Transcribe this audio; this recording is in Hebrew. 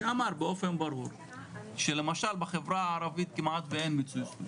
למשל היה שם באופן ברור שבחברה הערבית כמעט ואין מיצוי זכויות,